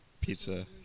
pizza